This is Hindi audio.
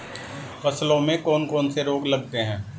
फसलों में कौन कौन से रोग लगते हैं?